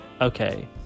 Okay